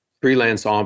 Freelance